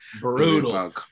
Brutal